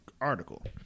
article